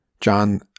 John